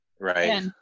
Right